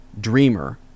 dreamer